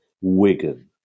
Wigan